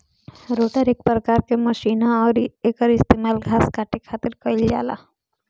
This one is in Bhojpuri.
रोटर एक प्रकार के मशीन ह अउरी एकर इस्तेमाल घास काटे खातिर कईल जाला